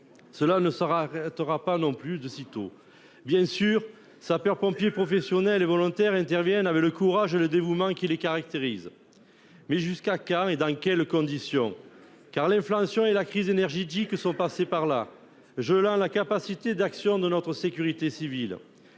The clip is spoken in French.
cela ne s'arrêtera pas, non plus, de sitôt. Bien sûr, les sapeurs-pompiers professionnels et volontaires interviennent avec le courage et le dévouement qui les caractérisent. Mais jusqu'à quand et dans quelles conditions ? En effet, l'inflation et la crise énergétique sont passées par là, gelant la capacité d'action de notre sécurité civile.